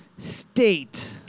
state